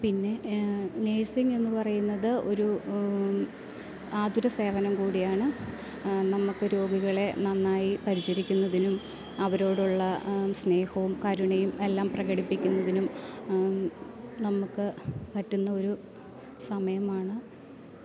പിന്നെ നേഴ്സിങ്ങെന്ന് പറയുന്നത് ഒരു ആതുര സേവനം കൂടിയാണ് നമുക്ക് രോഗികളെ നന്നായി പരിചരിക്കുന്നതിനും അവരോടുള്ള സ്നേഹവും കരുണയും എല്ലാം പ്രകടിപ്പിക്കുന്നതിനും നമുക്ക് പറ്റുന്ന ഒരു സമയമാണ്